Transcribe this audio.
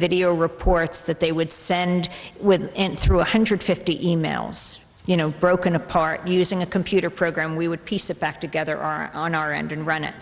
video reports that they would send with him through one hundred fifty emails you know broken apart using a computer program we would piece it back together on our end and run it